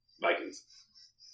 Vikings